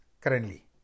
currently